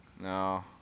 No